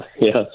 Yes